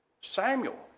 Samuel